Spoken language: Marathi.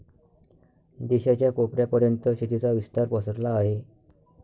देशाच्या कोपऱ्या पर्यंत शेतीचा विस्तार पसरला आहे